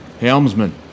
Helmsman